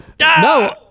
No